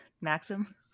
Maxim